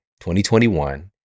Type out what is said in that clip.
2021